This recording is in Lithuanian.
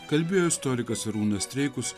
kalbėjo istorikas arūnas streikus